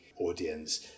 Audience